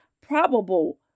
probable